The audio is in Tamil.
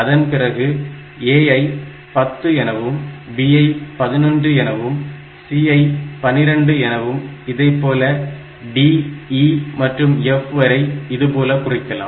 அதன் பிறகு A ஐ 10 எனவும் B ஐ 11 எனவும் C ஐ 12 எனவும் இதைப்போலவே D E மற்றும் F வரை இதுபோல குறிக்கலாம்